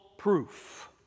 proof